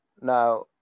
Now